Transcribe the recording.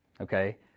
okay